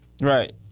Right